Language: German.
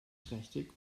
trächtig